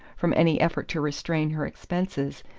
from any effort to restrain her expenses,